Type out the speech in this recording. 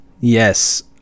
Yes